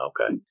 Okay